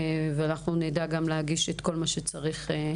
ואנחנו נדע גם להגיש את כל מה שצריך.